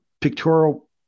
pictorial